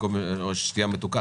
כל פתרון אחר הוא פחות טוב.